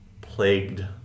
plagued